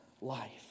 life